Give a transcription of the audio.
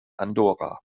andorra